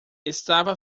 estava